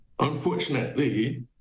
unfortunately